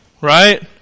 right